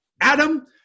Adam